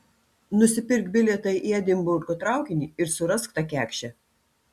nusipirk bilietą į edinburgo traukinį ir surask tą kekšę